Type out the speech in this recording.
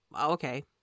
okay